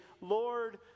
Lord